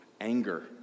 Anger